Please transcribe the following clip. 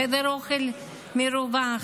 חדר אוכל מרווח,